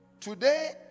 today